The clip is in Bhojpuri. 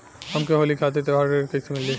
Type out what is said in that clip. हमके होली खातिर त्योहारी ऋण कइसे मीली?